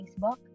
Facebook